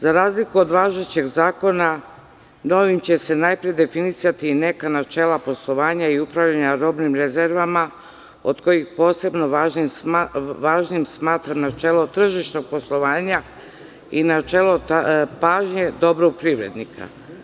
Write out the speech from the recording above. Za razliku od važećeg zakona, novim će se najpre definisati neka načela poslovanja i upravljanja robnim rezervama od kojih posebno važnim smatram načelo tržišnog poslovanja i načelo pažnje dobrog privrednika.